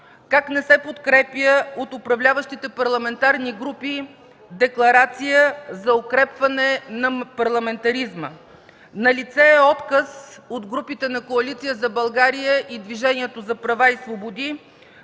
как не се подкрепя от управляващите парламентарни групи е Декларация за укрепване на парламентаризма. Налице е отказ от групите на Коалиция за България и Движението за права и свободи